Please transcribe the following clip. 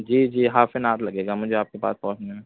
جی جی half an hour لگے گا مجھے آپ کے پاس پہنچنے میں